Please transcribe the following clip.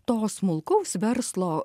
to smulkaus verslo